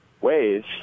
ways